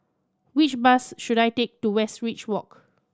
which bus should I take to Westridge Walk